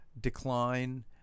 decline